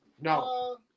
No